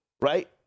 right